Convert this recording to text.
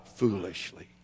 foolishly